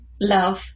Love